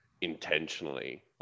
intentionally